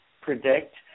predict